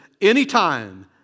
anytime